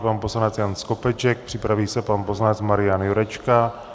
Pan poslanec Jan Skopeček, připraví se pan poslanec Marian Jurečka.